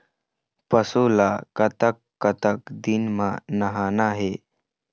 पशु ला कतक कतक दिन म नहाना हे?